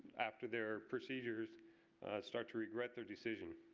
after their procedures start to regret their decision.